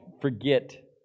forget